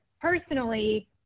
personally